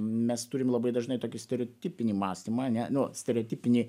mes turim labai dažnai tokį stereotipinį mąstymą ane nu stereotipinį